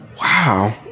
Wow